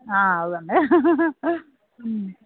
ആ അതുതന്നെ മ്മ്